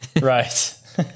right